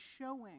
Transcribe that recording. showing